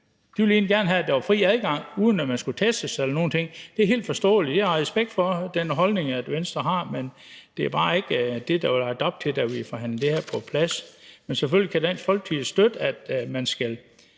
egentlig gerne have, at der var fri adgang, uden at man skulle testes eller nogen ting, og det er helt forståeligt, og jeg har respekt for den holdning, Venstre har, men det var bare ikke det, der var lagt op til, da vi forhandlede det her på plads. Men selvfølgelig kan Dansk Folkeparti støtte, at man skal